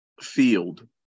Field